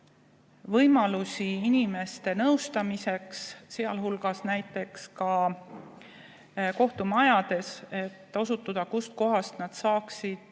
võimalusi inimeste nõustamiseks, näiteks kohtumajades, et osutada, kust kohast nad saaksid